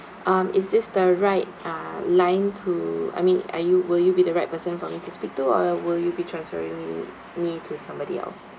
um is this the right uh line to I mean are you will you be the right person same for me to speak to or will you be transferring me me to somebody else